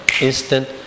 Instant